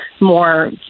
more